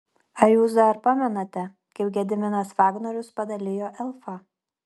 ar jūs dar pamenate kaip gediminas vagnorius padalijo elfą